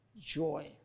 joy